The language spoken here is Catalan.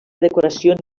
decoracions